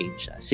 Asia